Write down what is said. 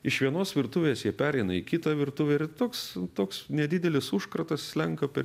iš vienos virtuvės jie pereina į kitą virtuvę ir toks toks nedidelis užkratas slenka per